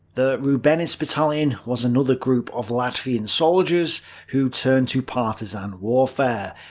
the rubenis battalion was another group of latvian soldiers who turned to partisan warfare,